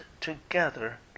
together